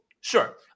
sure